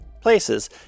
places